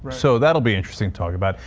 so that'll be interesting to talk about.